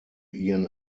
ihren